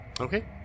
Okay